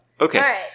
Okay